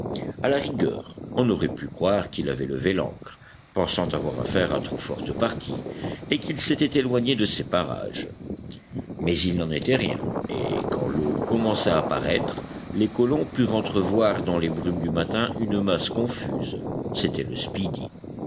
à la rigueur on aurait pu croire qu'il avait levé l'ancre pensant avoir affaire à trop forte partie et qu'il s'était éloigné de ces parages mais il n'en était rien et quand l'aube commença à paraître les colons purent entrevoir dans les brumes du matin une masse confuse c'était le speedy